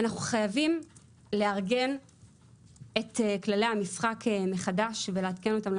אנחנו חייבים לארגן את כללי המשחק מחדש ולעדכן אותם.